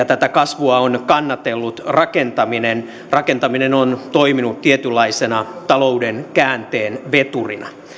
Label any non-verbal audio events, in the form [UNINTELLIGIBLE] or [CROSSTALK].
[UNINTELLIGIBLE] tätä kasvua on kannatellut rakentaminen rakentaminen on toiminut tietynlaisena talouden käänteen veturina